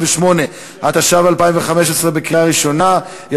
20 בעד, אין